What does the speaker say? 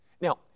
Now